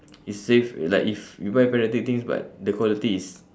it's safe like if you buy pirated things but the quality is